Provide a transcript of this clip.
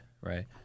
Right